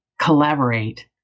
collaborate